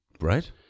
Right